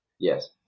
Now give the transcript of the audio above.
Yes